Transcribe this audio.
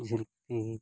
ᱡᱤᱞᱟᱹᱯᱤ